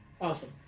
Awesome